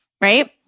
right